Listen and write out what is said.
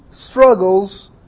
struggles